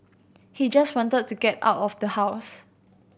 he just wanted to get out of the house